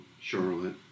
Charlotte